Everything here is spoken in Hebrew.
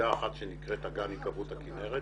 יחידה אחת שנקראת אגן היקוות הכינרת.